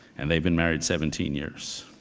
and they've been married seventeen years.